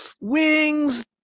wings